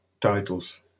titles